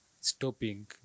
stopping